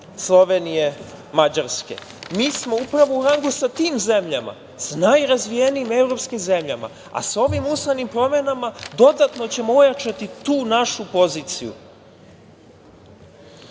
Slovenije, Mađarske. Mi smo upravo u rangu sa tim zemljama, sa najrazvijenijim evropskim zemljama, a sa ovim ustavnim promenama ćemo dodatno ojačati tu našu poziciju. Takođe